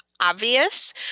obvious